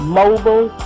mobile